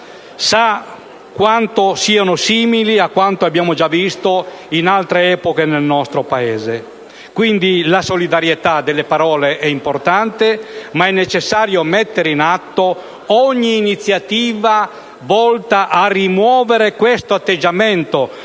sa quanto siano simili a quelle già viste in altre epoche nel nostro Paese. Quindi, la solidarietà delle parole è importante, ma è necessario mettere in atto ogni iniziativa volta a rimuovere questo atteggiamento